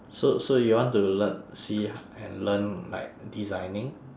so so you want to lear~ see and learn like designing